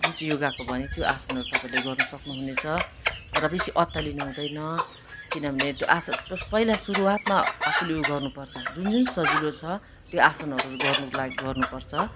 जुन चाहिँ योगाको भनेँ त्यो आसनहरू तपाईँले गर्नु सक्नुहुने छ र बेसी अत्तालिनु हुँदैन किनभने त्यो आसन पहिला सुरुवातमा आफूले उयो गर्नुपर्छ जुन जुन सजिलो छ त्यो आसनहरू गर्नुको लागि गर्नुपर्छ